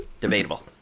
Debatable